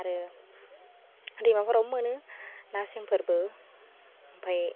आरो दैमाफोरावबो मोनो ना सेंफोरबो आमफाय